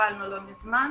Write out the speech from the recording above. שקיבלנו לא מזמן,